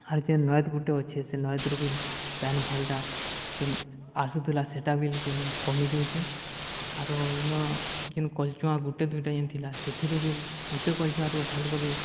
ଆର୍ ଯେନ୍ ନଏଦ୍ ଗୁଟେ ଅଛେ ସେ ନଏଦ୍ର ବିଲ୍ ପାଏନ୍ ଭଲ୍ଟା ଯେନ୍ ଆସୁଥିଲା ସେଟା ବିଲ୍ କିନି କମିଯାଉଛେ ଆରୁ ଇନ ଯେନ୍ କଲ୍ଚୁଆଁ ଗୁଟେ ଦୁଇଟା ଯେନ୍ ଥିଲା ସେଥିରୁ ବିଲ୍ ଗୁଟେ କଲ୍ ଚୁଆଁରୁ ଭଲ୍ କରି